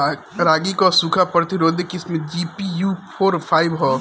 रागी क सूखा प्रतिरोधी किस्म जी.पी.यू फोर फाइव ह?